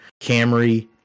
camry